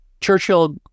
Churchill